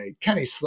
Kenny